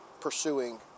pursuing